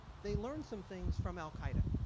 they learned some things from al qaeda.